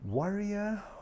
Warrior